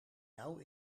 jou